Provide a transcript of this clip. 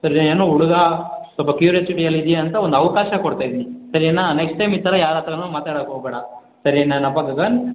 ಸರಿ ಏನೋ ಹುಡುಗ ಸ್ವಲ್ಪ ಕ್ಯೂರಾಸಿಟಿಯಲ್ಲಿ ಇದ್ದೀಯ ಅಂತ ಒಂದು ಅವಕಾಶ ಕೊಡ್ತಾಯಿದ್ದೀನಿ ಸರಿನಾ ನೆಕ್ಸ್ಟ್ ಟೈಮು ಈ ಥರ ಯಾರ ಹತ್ತಿರನೂ ಮಾತಾಡೋಕೆ ಹೋಗಬೇಡ ಸರಿನೇನಪ್ಪ ಗಗನ್